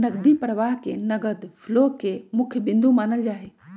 नकदी प्रवाह के नगद फ्लो के मुख्य बिन्दु मानल जाहई